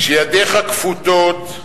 כשידיך כפותות,